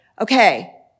okay